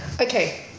okay